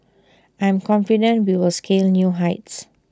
I'm confident we will scale new heights